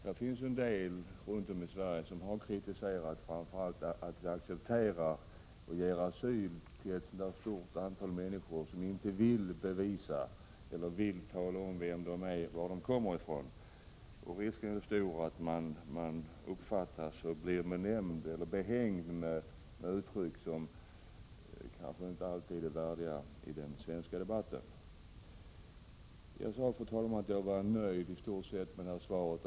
Det finns runt om i Sverige personer som har kritiserat framför allt att vi ger asyl åt ett stort antal människor som inte vill tala om vilka de är och varifrån de kommer. Risken är stor att bli behängd med uttryck som inte alltid är värdiga den svenska debatten. Jag sade, fru talman, att jag i stort sett är nöjd med svaret.